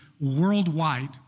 worldwide